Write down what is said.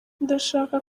ndashaka